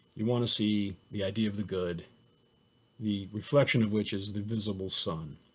you want to see the idea of the good the reflection of which is the visible sun.